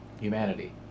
humanity